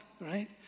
right